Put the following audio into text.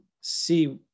see